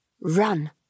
run